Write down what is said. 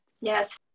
Yes